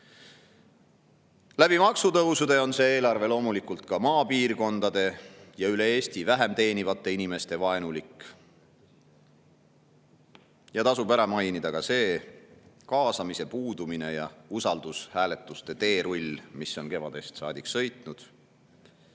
Maksutõusude tõttu on see eelarve loomulikult ka maapiirkondade- ja üle Eesti vähem teenivate inimeste vaenulik. Tasub ära mainida ka kaasamise puudumise ja usaldushääletuste teerulli, mis on kevadest saadik sõitnud.